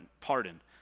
pardon